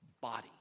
body